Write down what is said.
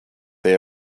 they